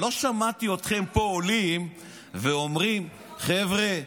אבל לא שמעתי אתכם פה עולים ואומרים: חבר'ה,